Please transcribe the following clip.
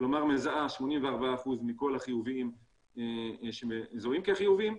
כלומר מזהה 84% מכל החיוביים שמזוהים כחיוביים,